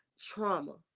trauma